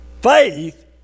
faith